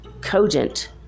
cogent